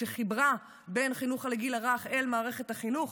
שחיברה את החינוך בגיל הרך אל מערכת החינוך,